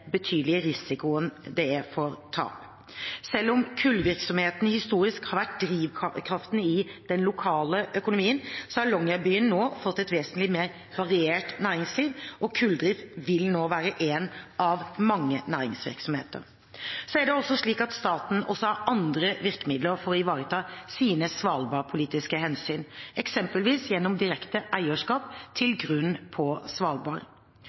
betydelige risikoen det er for tap. Selv om kullvirksomheten historisk har vært drivkraften i den lokale økonomien, har Longyearbyen nå fått et vesentlig mer variert næringsliv, og kulldrift vil nå være en av mange næringsvirksomheter. Så er det slik at staten også har andre virkemidler for å ivareta sine svalbardpolitiske hensyn, eksempelvis gjennom direkte eierskap til grunn på Svalbard.